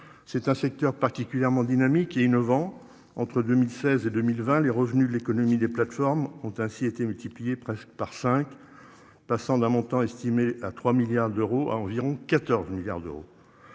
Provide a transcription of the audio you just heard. C'est un secteur particulièrement dynamique et innovant. Entre 2016 et 2020 les revenus de l'économie des plateformes ont ainsi été multiplié presque par 5. Passant d'un montant estimé à 3 milliards d'euros à environ 14 milliards d'euros.